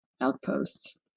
outposts